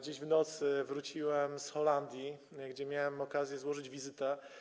dziś w nocy wróciłem z Holandii, gdzie miałem okazję złożyć wizytę.